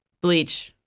bleach